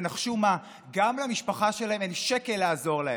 ונחשו מה, גם למשפחה שלהם אין שקל לעזור להם.